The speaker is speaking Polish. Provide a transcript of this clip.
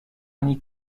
ani